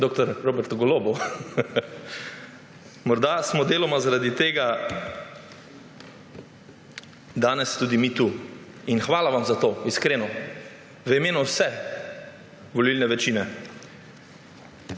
dr. Robertu Golobu. Morda smo deloma zaradi tega danes tudi mi tu. In hvala vam za to, iskreno, v imenu vse volilne večine.